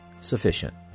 sufficient